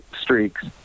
streaks